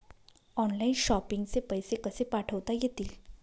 Online shopping चे पैसे कसे पाठवता येतील?